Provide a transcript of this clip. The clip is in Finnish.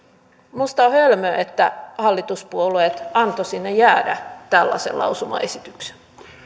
minusta on hölmöä että hallituspuolueet antoivat sinne jäädä tällaisen lausumaesityksen